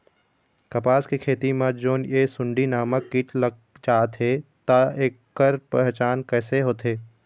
कपास के खेती मा जोन ये सुंडी नामक कीट लग जाथे ता ऐकर पहचान कैसे होथे?